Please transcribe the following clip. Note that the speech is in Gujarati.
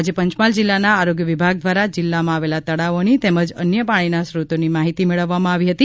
આજે પંચમહાલ જિલ્લા આરોગ્ય વિભાગ દ્વારા જિલ્લામાં આવેલા તળાવોની તેમજ અન્ય પાણીના સ્ત્રોતની માહિતી મેળવવામાં આવી હતી